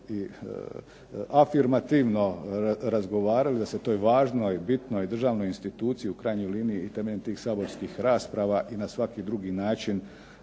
i afirmativno razgovarali da se toj važnoj bitnoj državnoj instituciji u krajnjoj liniji i temeljem tih saborskih rasprava i na svaki drugi način